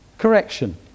Correction